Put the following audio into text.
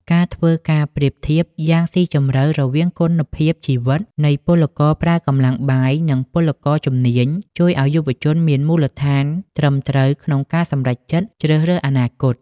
ការធ្វើការប្រៀបធៀបយ៉ាងស៊ីជម្រៅរវាងគុណភាពជីវិតនៃពលករប្រើកម្លាំងបាយ និងពលករជំនាញ ជួយឱ្យយុវជនមានមូលដ្ឋានត្រឹមត្រូវក្នុងការសម្រេចចិត្តជ្រើសរើសអនាគត។